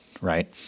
right